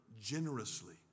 generously